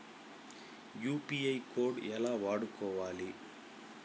UPI code ఎలా వాడుకోవాలి?